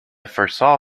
foresaw